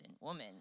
woman